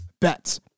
bets